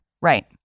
Right